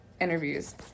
interviews